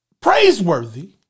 praiseworthy